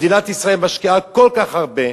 מדינת ישראל משקיעה כל כך הרבה,